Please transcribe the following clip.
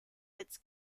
its